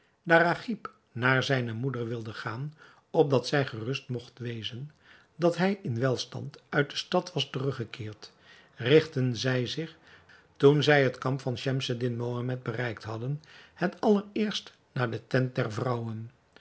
agib naar zijne moeder wilde gaan opdat zij gerust mogt wezen dat hij in welstand uit de stad was teruggekeerd rigtten zij zich toen zij het kamp van schemseddin mohammed bereikt hadden het allereerst naar de tent der vrouwen